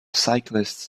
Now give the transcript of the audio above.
cyclists